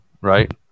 right